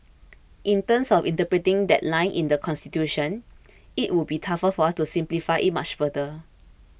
in terms of interpreting that line in the Constitution it would be tough for us to simplify it much further